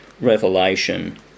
revelation